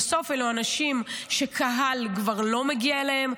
בסוף אלו אנשים שקהל כבר לא מגיע אליהם.